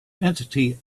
entity